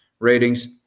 ratings